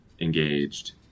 engaged